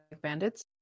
bandits